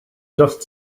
just